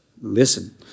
Listen